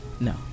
No